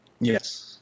yes